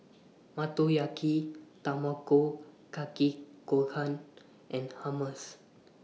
Motoyaki Tamago Kake Gohan and Hummus